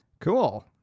Cool